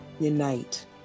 unite